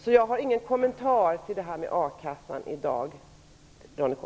Jag har därför ingen kommentar till a-kassan i dag, Ronny